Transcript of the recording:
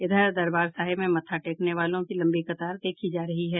इधर दरबार साहिब में मत्था टेकने वालों की लम्बी कतार देखी जा रही है